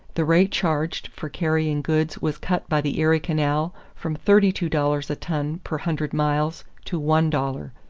the rate charged for carrying goods was cut by the erie canal from thirty two dollars a ton per hundred miles to one dollars.